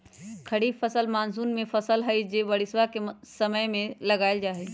खरीफ फसल मॉनसून के फसल हई जो बारिशवा के समय में लगावल जाहई